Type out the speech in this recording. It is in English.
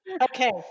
Okay